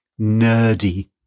nerdy